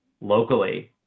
locally